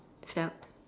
shout